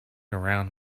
around